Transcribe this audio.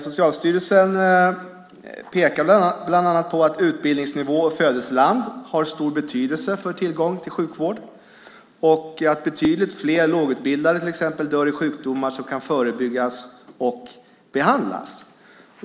Socialstyrelsen pekar bland annat på att utbildningsnivå och födelseland har stor betydelse för tillgången till sjukvård och att betydligt fler lågutbildade till exempel dör i sjukdomar som kan förebyggas och behandlas.